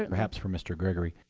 perhaps for mr. gregory.